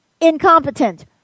incompetent